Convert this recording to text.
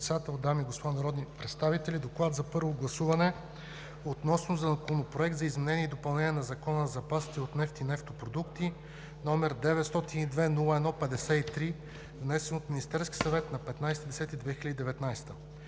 дами и господа народни представители! „ДОКЛАД за първо гласуване относно Законопроект за изменение и допълнение на Закона за запасите от нефт и нефтопродукти, № 902-01-53, внесен от Министерския съвет на 15